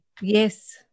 Yes